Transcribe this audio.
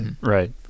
Right